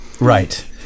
right